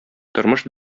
тормыш